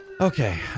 Okay